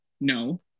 No